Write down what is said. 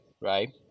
right